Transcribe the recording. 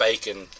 Bacon